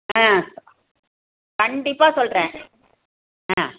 ஆ கண்டிப்பாக சொல்கிறேன் ஆ